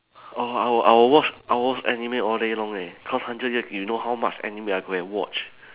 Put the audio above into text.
orh I will I will watch I will watch anime all day long leh cause hundred year you know how much anime I go and watch